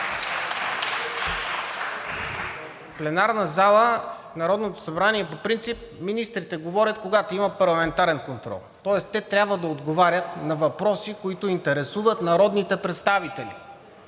в пленарната зала на Народното събрание министрите говорят, когато има парламентарен контрол, тоест те трябва да отговарят на въпроси, които интересуват народните представители.